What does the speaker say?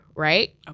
Right